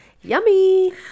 Yummy